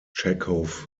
chekhov